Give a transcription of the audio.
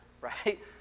right